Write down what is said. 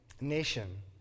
nation